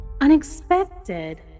unexpected